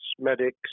medics